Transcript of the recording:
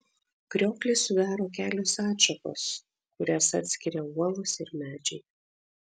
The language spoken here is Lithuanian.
krioklį sudaro kelios atšakos kurias atskiria uolos ir medžiai